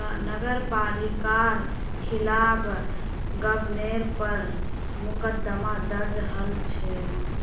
नगर पालिकार खिलाफ गबनेर पर मुकदमा दर्ज हल छ